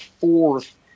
fourth